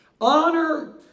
Honor